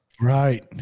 right